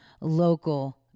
local